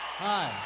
hi